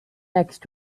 next